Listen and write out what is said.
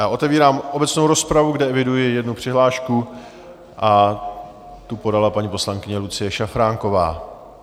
Otevírám obecnou rozpravu, kde eviduji jednu přihlášku, a tu podala paní poslankyně Lucie Šafránková.